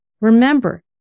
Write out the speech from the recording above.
Remember